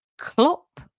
Klopp